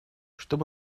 чтоб